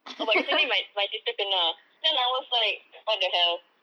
oh but recently my sister kena then I was like what the hell